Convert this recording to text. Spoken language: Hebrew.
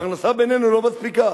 הפרנסה בינינו לא מספיקה.